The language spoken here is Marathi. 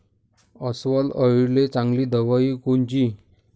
अस्वल अळीले चांगली दवाई कोनची?